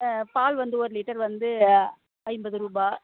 பால் வந்து ஒரு லிட்டர் வந்து ஐம்பது ரூபாய்